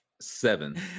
seven